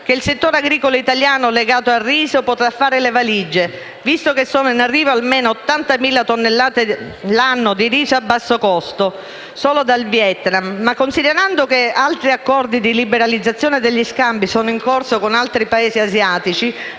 che il settore agricolo italiano legato al riso potrà fare le valigie, visto che sono in arrivo almeno 80.000 tonnellate all'anno di riso a basso costo solo dal Vietnam, e considerando che altri accordi di liberalizzazione degli scambi sono in corso con altri Paesi asiatici,